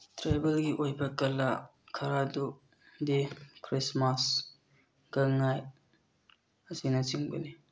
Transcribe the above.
ꯇ꯭ꯔꯦꯕꯦꯜꯒꯤ ꯑꯣꯏꯕ ꯀꯂꯥ ꯈꯔ ꯑꯗꯨꯗꯤ ꯈ꯭ꯔꯤꯁꯃꯥꯁ ꯒꯥꯡ ꯉꯥꯏ ꯑꯁꯤꯅꯆꯤꯡꯕꯅꯤ